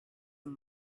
and